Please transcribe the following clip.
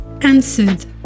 answered